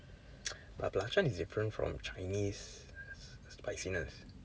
but belacan is different from chinese spiciness